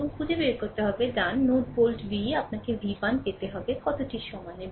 এবং খুঁজে বের করতে হবে ডান নোড ভোল্ট v আপনাকে ভি 1 পেতে হবে কতটির সমান